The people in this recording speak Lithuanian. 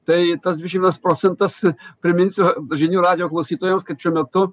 tai tas dvišim vienas procentas priminsiu žinių radijo klausytojams kad šiuo metu